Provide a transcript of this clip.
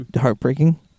heartbreaking